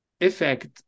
effect